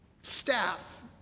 staff